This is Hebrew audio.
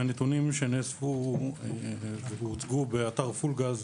מהנתונים שנאספו והוצגו באתר פול גז.